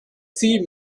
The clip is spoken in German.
sie